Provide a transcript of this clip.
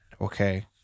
okay